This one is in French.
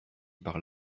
par